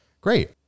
Great